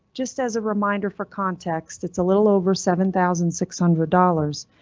just as a reminder for context, it's a little over seven thousand six hundred dollars.